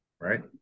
right